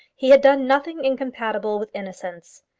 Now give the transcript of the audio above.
he had done nothing incompatible with innocence.